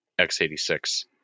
x86